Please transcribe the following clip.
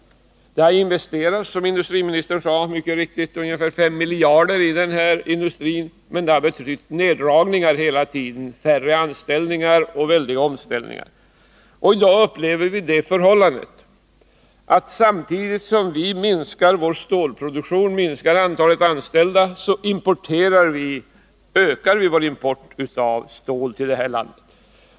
Såsom industriministern mycket riktigt sade har det investerats ungefär 5 miljarder kronor i industrin, men det har ändå hela tiden gjorts neddragningar, minskningar av antalet anställda och väldiga omställningar. I dag upplever vi följande förhållande: samtidigt som vi minskar vår stålproduktion och minskar antalet anställda, ökar vi vår import av stål till det här landet.